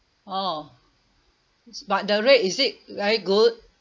oh but the rate is it very good